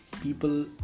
people